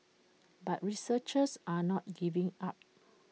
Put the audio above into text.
but researchers are not giving up